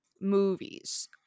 movies